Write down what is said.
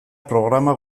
programa